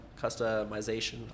customization